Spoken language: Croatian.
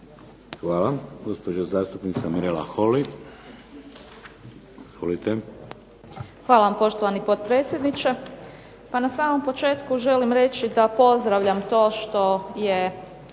Holy. Izvolite. **Holy, Mirela (SDP)** Hvala vam, poštovani potpredsjedniče. Pa na samom početku želim reći da pozdravljam to što je